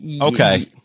Okay